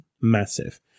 massive